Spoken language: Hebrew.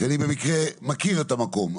אני במקרה מכיר את המקום,